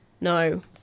No